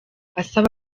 asaba